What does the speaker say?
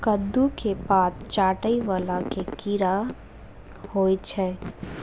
कद्दू केँ पात चाटय वला केँ कीड़ा होइ छै?